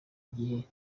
gihe